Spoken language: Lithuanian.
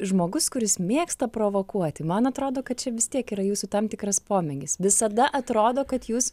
žmogus kuris mėgsta provokuoti man atrodo kad čia vis tiek yra jūsų tam tikras pomėgis visada atrodo kad jūs